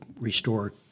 restore